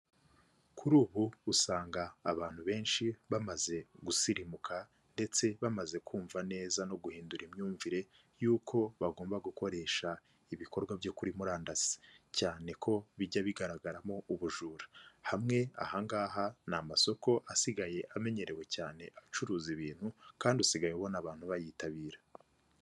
Kuri ubu usanga abantu benshi bamaze gusirimuka ndetse bamaze kumva neza no guhindura imyumvire y'uko bagomba gukoresha ibikorwa byo kuri murandasi cyane ko bijya bigaragaramo ubujura, hamwe ahangaha ni amasoko asigaye amenyerewe cyane acuruza ibintu kandi usigaye ubona abantu bayitabira.